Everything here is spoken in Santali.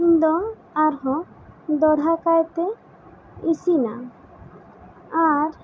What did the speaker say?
ᱤᱧ ᱫᱚ ᱟᱨᱦᱚᱸ ᱫᱚᱲᱦᱟ ᱠᱟᱭ ᱛᱮ ᱤᱥᱤᱱᱟ ᱟᱨ